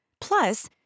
Plus